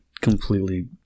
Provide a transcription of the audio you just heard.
completely